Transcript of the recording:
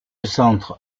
centre